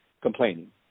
complaining